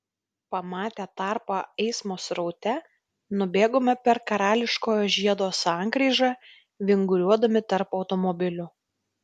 pamatę tarpą eismo sraute nubėgome per karališkojo žiedo sankryžą vinguriuodami tarp automobilių